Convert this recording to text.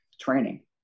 training